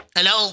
Hello